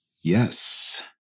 yes